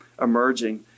emerging